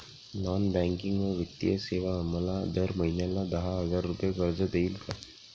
Non banking व वित्तीय सेवा मला दर महिन्याला दहा हजार रुपये कर्ज देतील का?